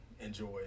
enjoy